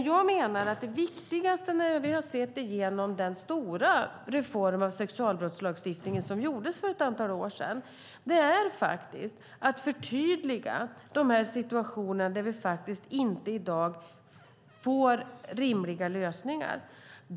Det viktigaste när vi har sett igenom den stora reform av sexualbrottslagstiftningen som gjordes för ett antal år sedan har varit att förtydliga de situationer där vi i dag inte har rimliga lösningar.